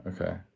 Okay